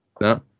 No